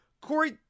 Corey